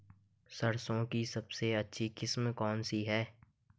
सरसों की सबसे अच्छी किस्म कौन सी है?